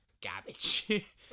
Garbage